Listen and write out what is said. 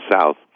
South